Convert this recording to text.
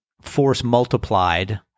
force-multiplied